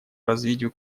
развитию